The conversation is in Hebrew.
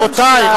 רבותי.